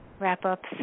wrap-ups